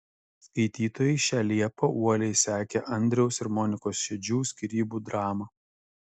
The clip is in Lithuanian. skaitytojai šią liepą uoliai sekė andriaus ir monikos šedžių skyrybų dramą